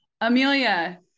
Amelia